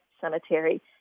Cemetery